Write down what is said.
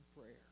prayer